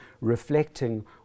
reflecting